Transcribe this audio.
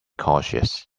cautious